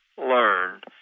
learned